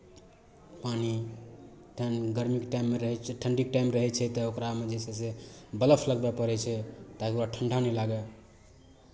पानि ठं गरमीके टाइममे रहै छै ठण्ढीके टाइम रहै छै तऽ ओकरामे जे छै से बलफ लगबय पड़ै छै ताकि ओकरा ठण्ढा नहि लागय